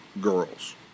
girls